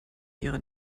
ihre